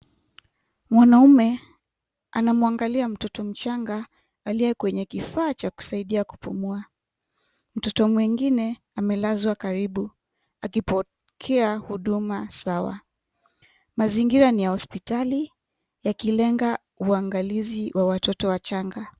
Mwanaume anamwangalia mtoto mchanga aliye kwenye kifaa cha kusaidia kupumua. Mtoto mwingine amelazwa karibu akipokea huduma sawa. Mazingira ni ya hospitali yakilenga uangalizi wa watoto wachanga.